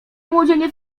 młodzieniec